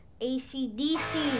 ACDC